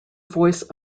voice